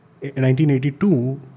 1982